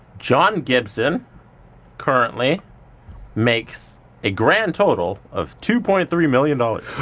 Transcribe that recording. john gibson currently makes a grand total of, two point three million dollars.